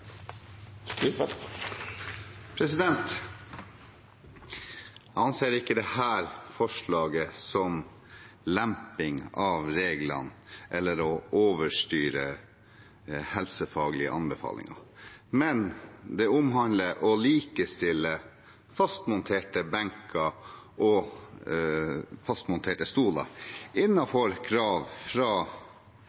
anser ikke dette forslaget som lemping av reglene eller overstyring av helsefaglige anbefalinger. Det omhandler å likestille fastmonterte benker og fastmonterte stoler